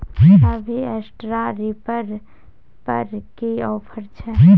अभी straw reaper पर की ऑफर छै?